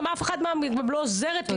גם אף אחת מהן לא עוזרת לי,